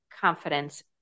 confidence